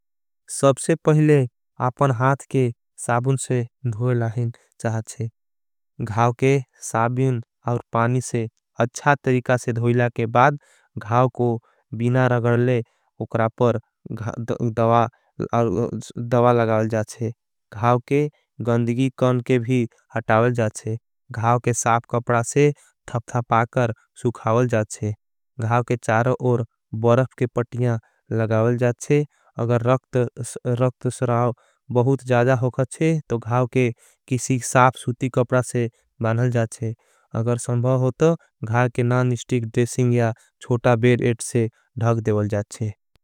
सबसे पहले आपन हाथ के साबुन से धोईलाहिन चाहचे। घाव के साबुन और पानी से अच्छा तरीका से धोईला के। बाद घाव को बिना रगडले उक्रा पर दवा लगावल जाचे। घाव के गंदगी कन के भी अटावल जाचे घाव के साप। कपड़ा से थप थपा कर सुखावल जाचे घाव के चारो। और बरफ के पटियां लगावल जाचे अगर रक्त स्राव। बहुत जादा होकचे तो घाव के किसी साप सूती कपड़ा। से बानल जाचे अगर संभाव होतो घाव के नानिस्टिक। ड्रेसिंग या छोटा बेर एट से धख देवल जाचे।